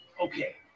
Okay